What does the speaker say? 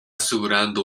segurando